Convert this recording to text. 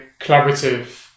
collaborative